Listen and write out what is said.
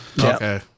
Okay